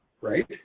right